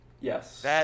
Yes